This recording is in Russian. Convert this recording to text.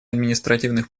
административных